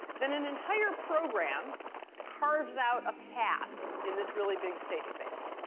then an entire program carves out a path in this really big state space.